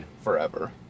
Forever